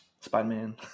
Spider-Man